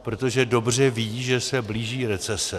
Protože dobře ví, že se blíží recese.